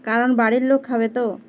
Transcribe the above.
কারণ বাড়ির লোক খাবে তো